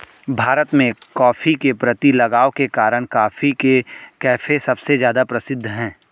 भारत में, कॉफ़ी के प्रति लगाव के कारण, कॉफी के कैफ़े सबसे ज्यादा प्रसिद्ध है